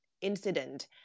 incident